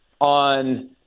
on